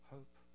Hope